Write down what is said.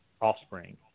offspring